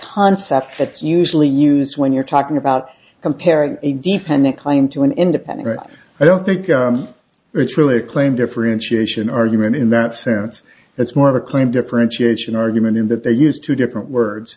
that's usually used when you're talking about comparing a dependent claim to an independent i don't think it's really a claim differentiation argument in that sense it's more of a claim differentiation argument in that they use two different words